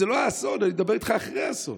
זה לא האסון, אני מדבר איתך על אחרי האסון.